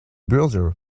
builder